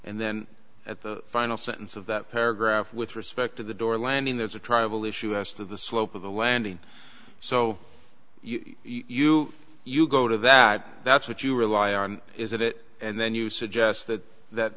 and then at the final sentence of that paragraph with respect to the door landing there's a travel issue as to the slope of the landing so you you go to that that's what you rely on is that it and then you suggest that that